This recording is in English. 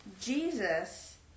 Jesus